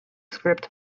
script